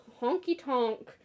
honky-tonk